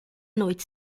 noite